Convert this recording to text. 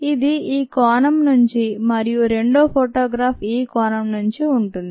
ఇది ఈ కోణం నుంచి మరియు రెండో ఫోటోగ్రాఫ్ ఈ కోణం నుంచి ఉంటుంది